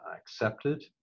accepted